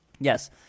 Yes